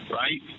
right